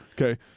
Okay